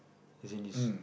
isn't this